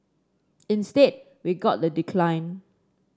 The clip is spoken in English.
instead we got the decline